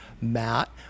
Matt